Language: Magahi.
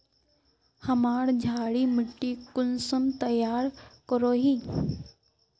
हमार क्षारी मिट्टी कुंसम तैयार करोही?